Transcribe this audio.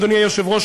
אדוני היושב-ראש,